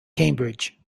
cambridge